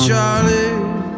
Charlie